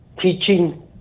teaching